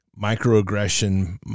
microaggression